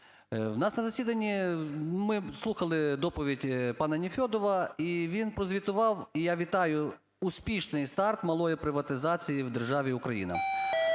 У нас на засіданні ми слухали доповідь панаНефьодова, і він прозвітував, і я вітаю успішний старт малої приватизації в державі Україна.